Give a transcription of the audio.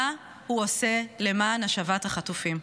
מה הוא עושה למען השבת החטופים.